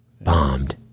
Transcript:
bombed